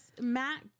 Matt